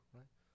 right